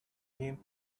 him